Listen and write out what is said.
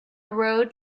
road